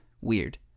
Weird